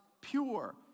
pure